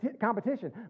competition